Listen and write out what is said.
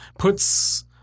Puts